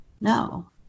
No